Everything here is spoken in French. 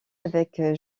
avec